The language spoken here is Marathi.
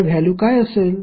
तर व्हॅल्यु काय असेल